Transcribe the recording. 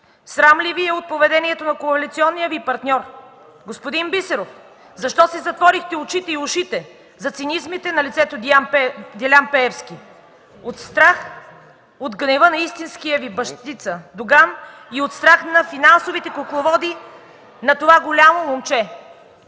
срам ли Ви е от поведението на коалиционния Ви партньор? Господин Бисеров, защо си затворихте очите и ушите за цинизмите на лицето Делян Пеевски? От страх от гнева на истинския Ви бащица Доган и от страх от финансовите кукловоди на това голямо момче?